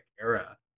era